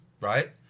right